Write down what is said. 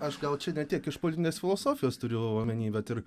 aš čia gal ne tiek iš politinės filosofijos turiu omeny bet ir